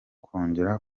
kongera